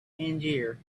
tangier